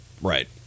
Right